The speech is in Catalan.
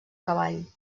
cavall